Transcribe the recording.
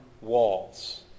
walls